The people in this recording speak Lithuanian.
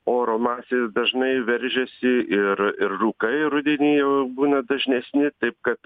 oro masės dažnai veržiasi ir ir rūkai rudenį jau būna dažnesni taip kad